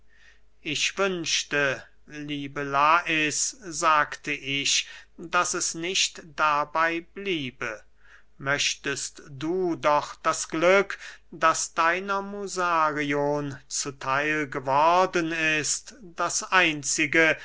ich wünschte liebe lais sagte ich daß es nicht dabey bliebe möchtest du doch das glück das deiner musarion zu theil geworden ist das einzige